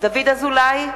דוד אזולאי,